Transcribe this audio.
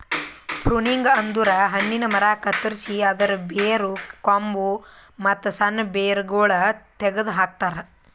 pruning ಅಂದುರ್ ಹಣ್ಣಿನ ಮರ ಕತ್ತರಸಿ ಅದರ್ ಬೇರು, ಕೊಂಬು, ಮತ್ತ್ ಸಣ್ಣ ಬೇರಗೊಳ್ ತೆಗೆದ ಹಾಕ್ತಾರ್